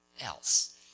else